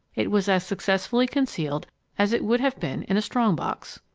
it was as successfully concealed as it would have been in a strong-box.